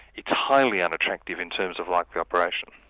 it's highly unattractive in terms of likely operation.